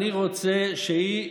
אני רוצה שהיא,